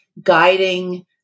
guiding